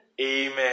amen